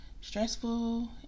stressful